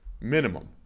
minimum